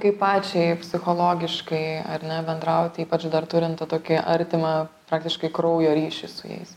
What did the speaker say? kaip pačiai psichologiškai ar ne bendrauti ypač turint tą tokį artimą praktiškai kraujo ryšį su jais